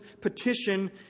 petition